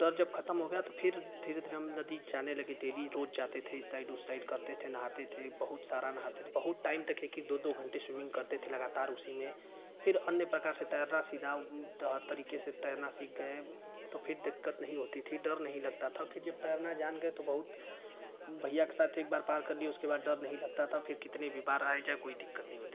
डर जब ख़त्म हो गया तो फिर हम धीरे धीरे नदी हम जाने लगे डेली रोज जाते थे इस साइड उस साइड करते थे नहाते थे बहुत सारा नहाते थे बहुत टाइम तक एक एक दो दो घंटे स्विमिंग करते थे लगातार उसी में फिर अन्य प्रकार से तैरना सीधा हर तरीके से तैरना सीख गये तो फिर दिक्कत नहीं होती थी डर नहीं लगता था फिर जब तैरना जान गये तो बहुत भैया के साथ एक बार पार कर लिए उसके बाद डर नहीं लगता था फिर कितना भी बार आ जाए कोई दिक्कत नहीं होती थी